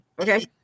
Okay